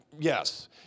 Yes